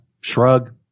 Shrug